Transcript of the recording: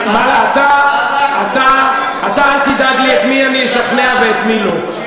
אתה אל תדאג לי את מי אני אשכנע ואת מי לא.